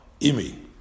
Imi